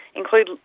include